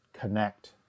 Connect